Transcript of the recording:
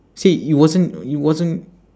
say it wasn't it wasn't